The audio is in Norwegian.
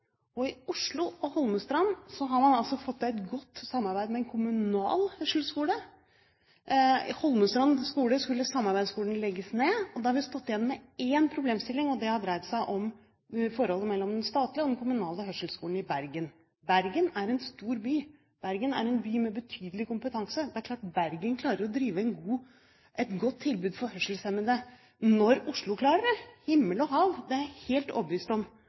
Bergen. I Oslo og Holmestrand har man altså fått til et godt samarbeid med en kommunal hørselsskole. I Holmestrand skulle samarbeidsskolen legges ned, og da har vi stått igjen med én problemstilling, og det har dreid seg om forholdet mellom den statlige og den kommunale hørselsskolen i Bergen. Bergen er en stor by. Bergen er en by med betydelig kompetanse. Det er klart at Bergen klarer å drive et godt tilbud for hørselshemmede når Oslo klarer det – himmel og hav – det er jeg helt overbevist om